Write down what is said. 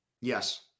Yes